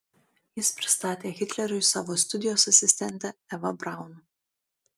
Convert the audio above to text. jis pristatė hitleriui savo studijos asistentę evą braun